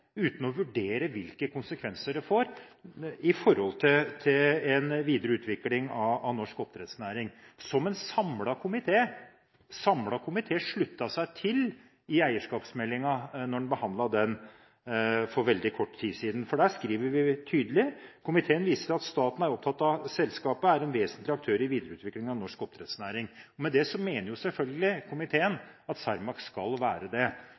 uten å vurdere hvilke konsekvenser det får for en videre utvikling av norsk oppdrettsnæring – som en samlet komité sluttet seg til i eierskapsmeldingen, da vi behandlet den for veldig kort tid siden. For der skriver vi tydelig: «Komiteen viser til at staten er opptatt av at selskapet er en vesentlig aktør i videreutviklingen av norsk oppdrettsnæring.» Med det mener selvfølgelig komiteen at Cermaq skal være det.